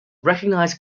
recognize